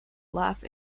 laugh